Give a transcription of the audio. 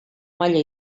maila